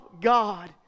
God